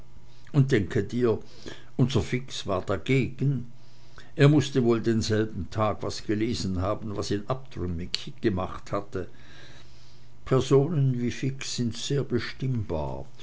und denke dir unser fix war dagegen er mußte wohl denselben tag was gelesen haben was ihn abtrünnig gemacht hatte personen wie fix sind sehr bestimmbar